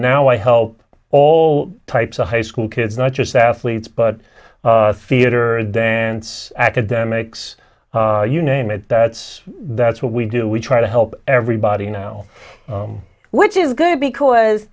now i help all types of high school kids not just athletes but feodor and dance academics you name it that's that's what we do we try to help everybody now which is good because